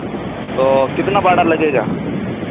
तो कितना भाड़ा लगेगा